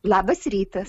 labas rytas